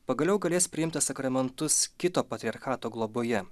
pagaliau galės priimti sakramentus kito patriarchato globoje